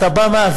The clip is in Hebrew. אתה בא מהוועדים,